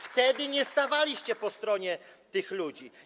Wtedy nie stawaliście po stronie tych ludzi.